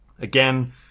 Again